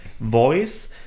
voice